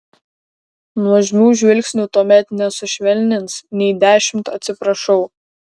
nuožmių žvilgsnių tuomet nesušvelnins nei dešimt atsiprašau